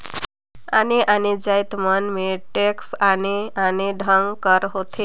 आने आने जाएत मन में टेक्स आने आने ढंग कर होथे